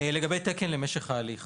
לגבי תקן למשך ההליך